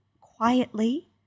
quietly